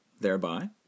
thereby